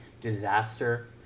disaster